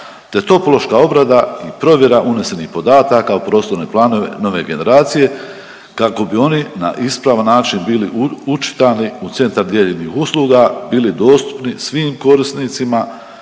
topološka obrada i provjera unesenih podataka u prostorne planove nove generacije kako bi oni na ispravan način bili očitani u centar dijeljenih usluga bili dostupni svim korisnicima